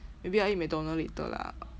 maybe I eat macdonald later lah